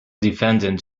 defendant